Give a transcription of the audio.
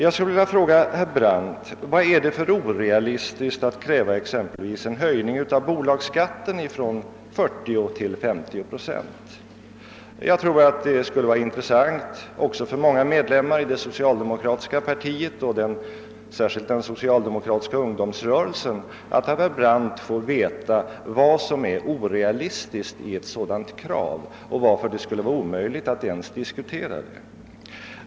Jag vill fråga herr Brandt: Vad är det för orealistiskt i att kräva exempelvis en höjning av bolagsskatten från 40 till 50 procent? Jag tror att det skulle vara intressant även för många medlemmar av det socialdemokratiska partiet och särskilt av den socialdemokratiska ungdomsrörelsen, om man av herr Brandt fick veta vad som är orealistiskt i ett sådant krav och varför det skulle vara omöjligt att ens diskutera det.